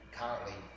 currently